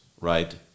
right